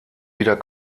wieder